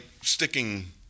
sticking